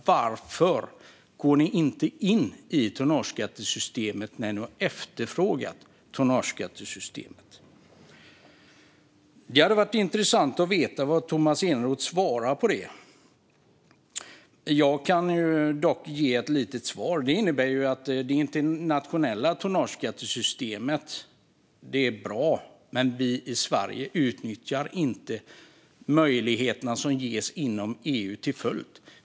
Varför går de inte in i systemet när de har efterfrågat det? Det hade varit intressant att få reda på vad Tomas Eneroth svarar på det. Kanske kan jag ge ett litet svar. Det internationella tonnageskattesystemet är bra, men i Sverige utnyttjar vi inte de möjligheter som ges inom EU.